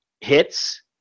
hits